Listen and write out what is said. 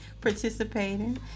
participating